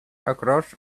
across